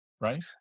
right